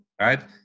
right